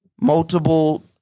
Multiple